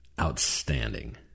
Outstanding